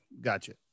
gotcha